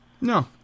no